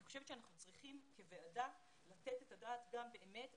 אני חושבת שאנחנו כוועדה צריכים לתת את הדעת על הדברים